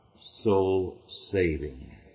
soul-saving